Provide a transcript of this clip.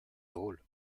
drôle